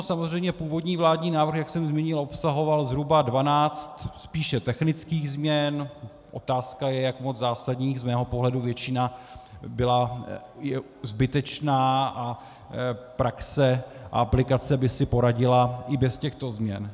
Samozřejmě původní vládní návrh, jak jsem zmínil, obsahoval zhruba 12 spíše technických změn, otázka je, jak moc zásadních, z mého pohledu většina byla zbytečná a praxe, aplikace, by si poradila i bez těchto změn.